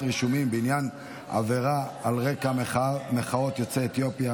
רישומים בעניין עבירה על רקע מחאות יוצאי אתיופיה,